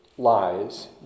lies